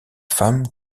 femme